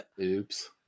Oops